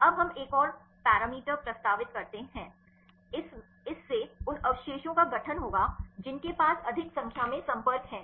अब हम एक और पैरामीटर प्रस्तावित करते हैं इससे उन अवशेषों का गठन होगा जिनके पास अधिक संख्या में संपर्क हैं